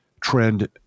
trend